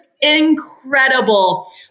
incredible